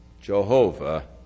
Jehovah